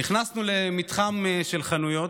נכנסנו למתחם של חנויות.